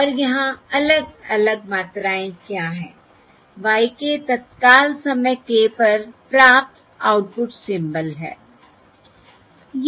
और यहाँ अलग अलग मात्राएँ क्या हैं y k तत्काल समय k पर प्राप्त आउटपुट सिम्बल है